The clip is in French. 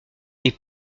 est